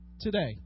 today